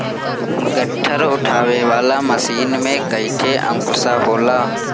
गट्ठर उठावे वाला मशीन में कईठे अंकुशा होला